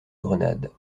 grenades